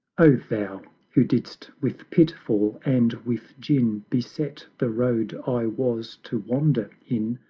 oh thou, who didst with pitfall and with gin beset the road i was to wander in,